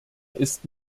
ist